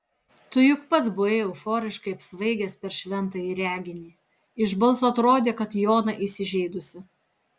tu juk pats buvai euforiškai apsvaigęs per šventąjį reginį iš balso atrodė kad jona įsižeidusi